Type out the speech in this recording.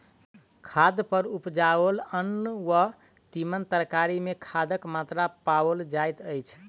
खाद पर उपजाओल अन्न वा तीमन तरकारी मे खादक मात्रा पाओल जाइत अछि